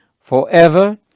forever